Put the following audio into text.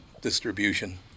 distribution